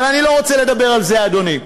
אבל אני לא רוצה לדבר על זה, אדוני.